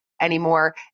anymore